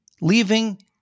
leaving